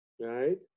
right